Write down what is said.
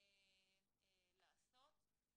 לעשות,